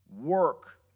work